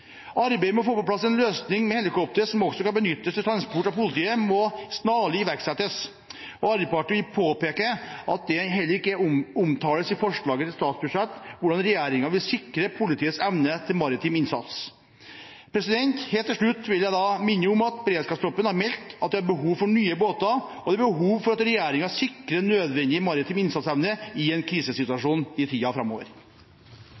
Arbeidet med å få på plass en løsning med helikoptrene, som også kan benyttes til transport av politiet, må snarlig iverksettes. Arbeiderpartiet vil påpeke at hvordan regjeringen vil sikre politiets evne til maritim innsats heller ikke omtales i forslaget til statsbudsjett. Helt til slutt vil jeg minne om at beredskapstroppen har meldt at de har behov for nye båter, og de har behov for at regjeringen sikrer nødvendig maritim innsatsevne i en krisesituasjon i tiden framover.